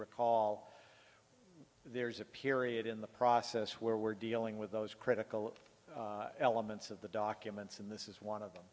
recall there's a period in the process where we're dealing with those critical elements of the documents and this is one of them